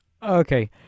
Okay